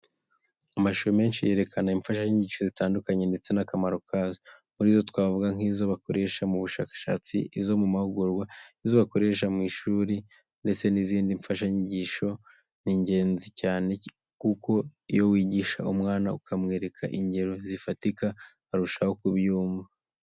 Amashusho menshi yerekana imfashanyigisho zitandukanye ndetse n'akamaro kazo. Muri zo twavuga nk'izo bakoresha mu bushakashatsi, izo mu mahugurwa, izo bakoresha ku ishuri ndetse n'izindi. Imfashanyigisho ni ingenzi cyane kuko iyo wigisha umwana ukanamwereka ingero zifatika arushaho kubyumva.